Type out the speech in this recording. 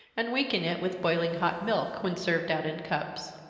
and weaken it with boiling hot milk, when served out in cups.